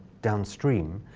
downstream,